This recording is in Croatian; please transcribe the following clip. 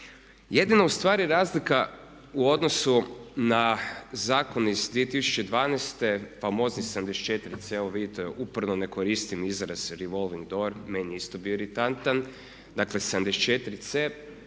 Jedino ustvari razlika u odnosu na zakon iz 2012. famozni 74C, evo vidite uporno ne koristim izraz revolving doo, meni je isto bio iritantan, dakle 74C,